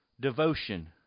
devotion